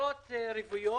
לדירות בבנייה רוויה.